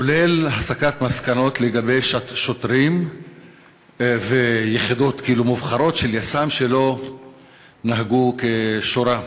כולל הסקת מסקנות לגבי שוטרים ויחידות מובחרות של יס"מ שלא נהגו כשורה.